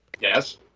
Yes